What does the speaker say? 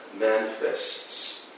manifests